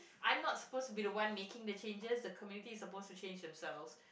I'm not supposed to be the one making the changes the community is supposed to change themselves